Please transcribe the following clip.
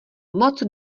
moc